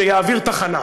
שיעביר תחנה.